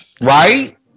Right